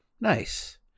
nice